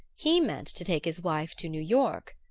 he meant to take his wife to new york.